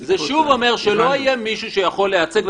זה שוב אומר שלא יהיה מישהו שיכול לייצג.